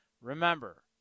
Remember